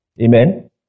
Amen